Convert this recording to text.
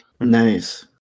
Nice